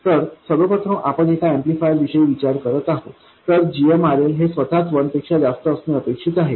तर सर्वप्रथम आपण एका ऍम्प्लिफायर विषयी विचार करत आहोत तर gmRL हे स्वतःच 1 पेक्षा जास्त असणे अपेक्षित आहे